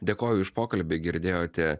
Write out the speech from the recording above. dėkoju už pokalbį girdėjote